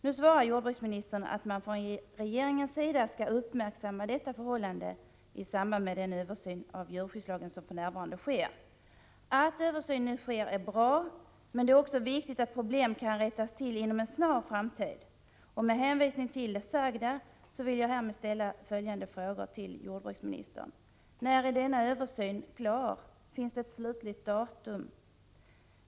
Nu svarar jordbruksministern att man från regeringens sida skall uppmärksamma detta förhållande i samband med den översyn av djurskyddslagen som för närvarande sker. Att en översyn nu sker är bra, men det är också viktigt att problemen kan rättas till inom en snar framtid. När är denna översyn klar? Finns det ett slutligt datum?